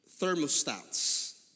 thermostats